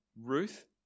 Ruth